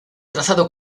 trazado